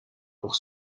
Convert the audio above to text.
pour